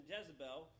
Jezebel